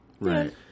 Right